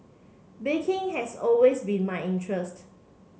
baking has always been my interest